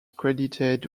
credited